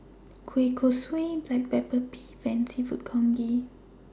Kueh Kosui Black Pepper Beef and Seafood Congee